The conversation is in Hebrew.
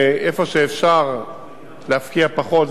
איפה שאפשר להפקיע פחות וכו',